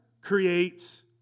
creates